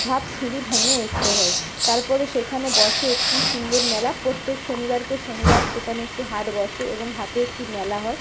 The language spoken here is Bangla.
ধাপ সিঁড়ি ভেঙে উঠতে হয় তারপরে সেখানে বসে একটি সুন্দর মেলা প্রত্যেক শনিবারকে শনিবার সেখানে একটি হাট বসে এবং হাটে একটি মেলা হয়